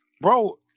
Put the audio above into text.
bro